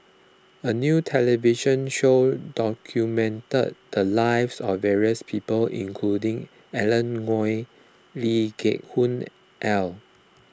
a new television show documented the lives of various people including Alan Oei Lee Geck Hoon Ellen